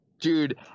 Dude